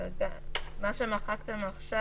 מה שמחקתם עכשיו.